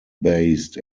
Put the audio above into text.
based